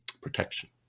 protection